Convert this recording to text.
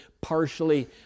partially